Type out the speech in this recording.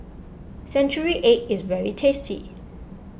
Century Egg is very tasty